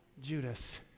Judas